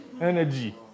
energy